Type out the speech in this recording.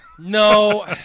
No